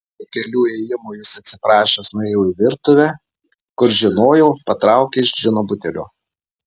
po kelių ėjimų jis atsiprašęs nuėjo į virtuvę kur žinojau patraukė iš džino butelio